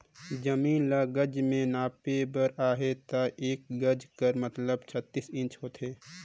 जमीन ल गज में नापे बर अहे ता एक गज कर मतलब छत्तीस इंच होथे